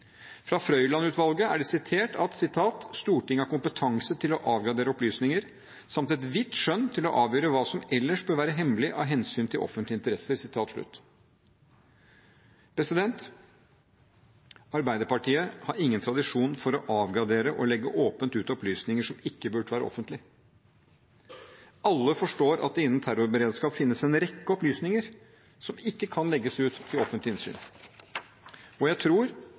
Fra Frøiland-utvalget er det sitert at «Stortinget har kompetanse til å avgradere opplysninger, samt et vidt skjønn til å avgjøre hva som ellers bør være hemmelig av hensyn til offentlige interesser». Arbeiderpartiet har ingen tradisjon for å avgradere og legge åpent ut opplysninger som ikke burde være offentlig. Alle forstår at det innen terrorberedskap finnes en rekke opplysninger som ikke kan legges ut til offentlig innsyn. Jeg tror